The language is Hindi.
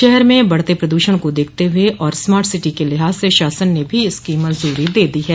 शहर में बढ़ते प्रद्षण को देखते हुए और स्मार्ट सिटी के लिहाज से शासन ने भी इसकी मंजूरी दे दी है